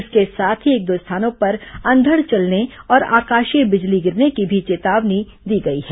इसके साथ ही एक दो स्थानों पर अंधड़ चलने और आकाशीय बिजली गिरने की भी चेतावनी दी गई है